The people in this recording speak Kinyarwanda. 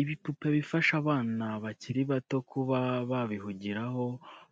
Ibipupe bifasha abana bakiri bato kuba babihugiraho,